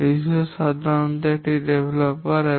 সম্পদ সাধারণত একটি বিকাশকারী